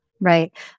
Right